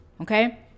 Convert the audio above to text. Okay